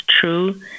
true